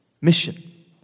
Mission